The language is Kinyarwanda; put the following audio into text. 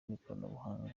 n’ikoranabuhanga